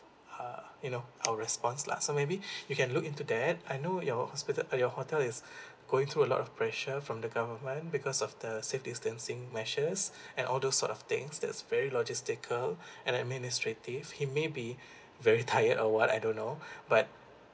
uh you know our response lah so maybe you can look into that I knew your hospital uh your hotel is going through a lot of pressure from the government because of the safe distancing measures and all those sort of things that's very logistical and administrative he may be very tired or what I don't know but